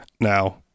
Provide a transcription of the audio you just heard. now